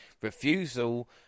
refusal